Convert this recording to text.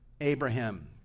Abraham